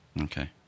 Okay